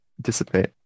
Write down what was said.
dissipate